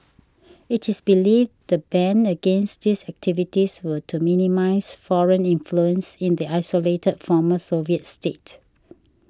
it is believed the ban against these activities were to minimise foreign influence in the isolated former Soviet state